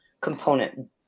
component